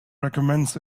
recommends